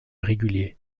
régulier